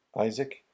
Isaac